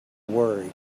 worry